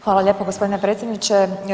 Hvala lijepo gospodine predsjedniče.